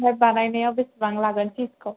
ओमफ्राय बानायनायाव बेसेबां लागोन फिसखौ